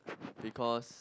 because